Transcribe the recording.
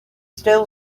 still